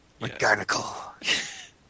McGarnacle